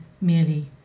merely